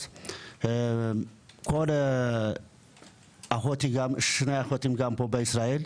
שתי אחיות שלי פה בישראל,